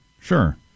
Sure